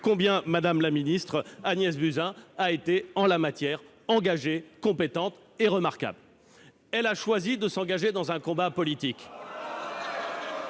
combien Mme la ministre Agnès Buzyn a été, en la matière, engagée, compétente et remarquable. Elle a choisi de s'engager dans un combat politique.